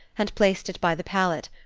and placed it by the pallet,